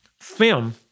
film